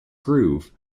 groove